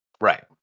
right